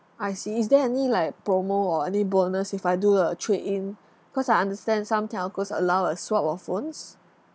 I see is there any like promo or any bonus if I do a trade in cause I understand some telcos allow a swap of phones